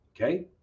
Okay